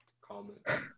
comment